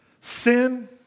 sin